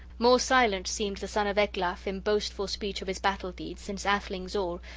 more silent seemed the son of ecglaf in boastful speech of his battle-deeds, since athelings all,